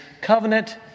covenant